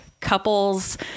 couples